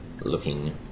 looking